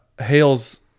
Hale's